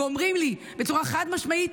ואומרים לי בצורה חד-משמעית: